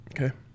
Okay